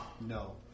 No